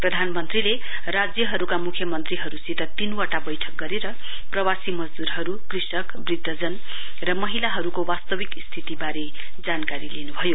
प्रधानमन्त्रीले राज्यहरुका मुख्यमन्त्रीहरुसित तीनवटा गरेर प्रवासी मजदूरहरु कृषक वृध्दजन र महिलाहरुको वास्तविक स्थितिवारे जानकारी लिनुभयो